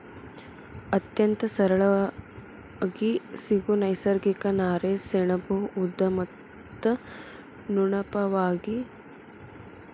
ಅತ್ಯಂತ ಸರಳಾಗಿ ಸಿಗು ನೈಸರ್ಗಿಕ ನಾರೇ ಸೆಣಬು ಉದ್ದ ಮತ್ತ ನುಣುಪಾಗಿ ಇರತತಿ